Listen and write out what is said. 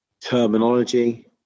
terminology